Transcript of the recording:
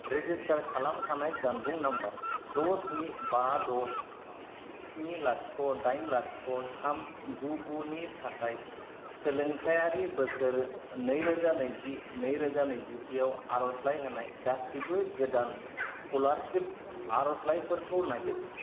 register खालामखानाय जानबुं number द' स्नि बा द' स्नि लाथिख' दाइन लाथिख' थाम गु गु नि थाखाय सोलोंथायारि बोसोर नै रोजा नैजि नै रोजा नैजिसे आव आरजलाइ होनाय गासिबो गोदान स्कलारसिफ आरजलाइफोरखौ नागिर